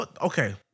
Okay